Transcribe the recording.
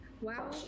Wow